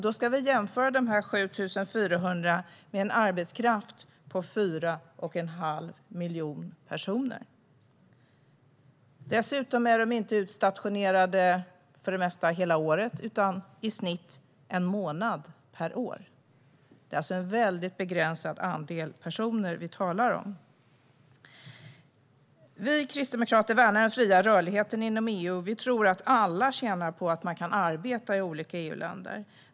Då ska vi jämföra dessa 7 400 med en arbetskraft på 4 1⁄2 miljon personer. Dessutom är de här personerna för det mesta inte utstationerade hela året, utan i snitt en månad per år. Det är alltså en väldigt begränsad andel personer vi talar om. Vi kristdemokrater värnar den fria rörligheten inom EU, och vi tror att alla tjänar på att man kan arbeta i olika EU-länder.